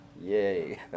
Yay